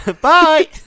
bye